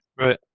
right